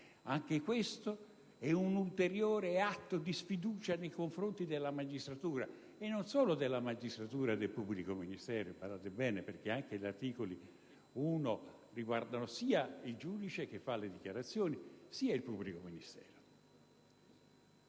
anche questo è un ulteriore atto di sfiducia nei confronti della magistratura, e non solo della magistratura del pubblico ministero, badate bene, perché anche l'articolo 1 riguarda sia il giudice che fa una dichiarazione sia il pubblico ministero.